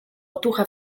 otucha